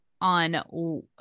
on